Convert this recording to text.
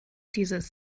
dieses